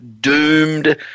doomed